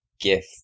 gift